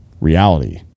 reality